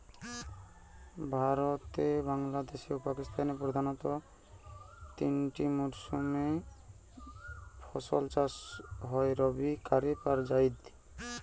ভারতে, বাংলাদেশে ও পাকিস্তানে প্রধানতঃ তিনটিয়া মরসুম রে ফসল চাষ হয় রবি, কারিফ আর জাইদ